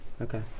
Okay